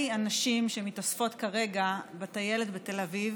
הנשים שמתאספות כרגע בטיילת בתל אביב